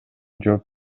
жооп